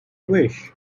wish